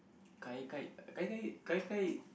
gai-gai gai-gai gai-gai